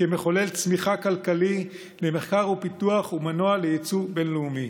כמחולל של צמיחה כלכלית ומחקר ופיתוח וכמנוע ליצוא בין-לאומי.